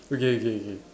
okay okay okay